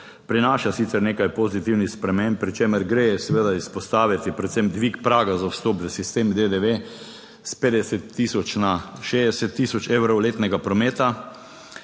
prinaša sicer nekaj pozitivnih sprememb, pri čemer gre seveda izpostaviti predvsem dvig praga za vstop v sistem DDV s 50 tisoč na 60 tisoč evrov letnega prometa,